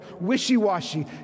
wishy-washy